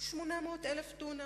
800,000 דונם,